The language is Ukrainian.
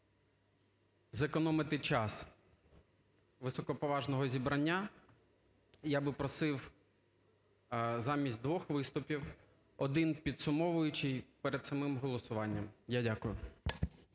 зекономити час високоповажного зібрання, я би просив замість двох виступів один підсумовуючий перед самим голосуванням. Я дякую.